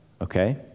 Okay